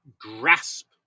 grasp